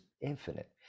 infinite